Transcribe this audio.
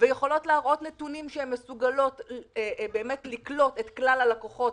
ויכולות להראות נתונים שהן מסוגלות לקלוט את כלל הלקוחות